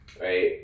right